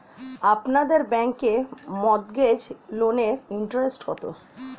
আপনাদের ব্যাংকে মর্টগেজ লোনের ইন্টারেস্ট কত?